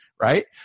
right